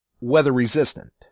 weather-resistant